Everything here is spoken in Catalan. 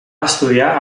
estudiar